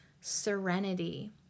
serenity